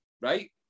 right